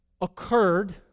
occurred